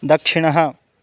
दक्षिणः